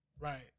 Right